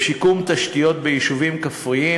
בשיקום תשתיות ביישובים כפריים,